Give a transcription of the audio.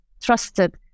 trusted